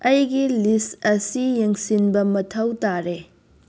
ꯑꯩꯒꯤ ꯂꯤꯁ ꯑꯁꯤ ꯌꯦꯡꯁꯤꯟꯕ ꯃꯊꯧ ꯇꯥꯔꯦ